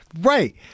Right